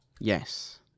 yes